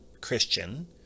Christian